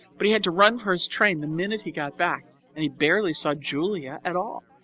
but he had to run for his train the minute he got back and he barely saw julia at all.